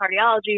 cardiology